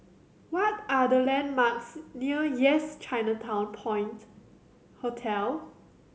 what are the landmarks near Yes Chinatown Point Hotel